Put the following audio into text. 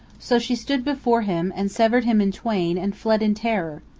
so she stood before him and severed him in twain and fled in terror.